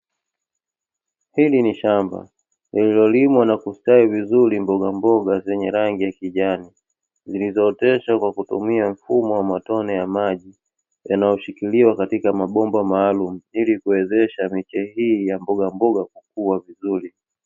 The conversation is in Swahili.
Hili ni shamba, lililolimwa na kustawi vizuri mbogamboga zenye rangi ya kijani, zilizooteshwa kwa kutumia mfumo wa matone ya maji, yanayoshikiliwa katika mabomba maalumu ili kuwezesha miche hii ya mbogamboga kukua vizuri.